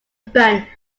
band